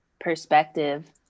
perspective